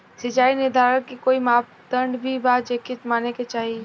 सिचाई निर्धारण के कोई मापदंड भी बा जे माने के चाही?